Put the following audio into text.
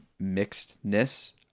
mixedness